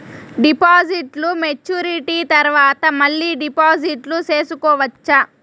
డిపాజిట్లు మెచ్యూరిటీ తర్వాత మళ్ళీ డిపాజిట్లు సేసుకోవచ్చా?